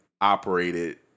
operated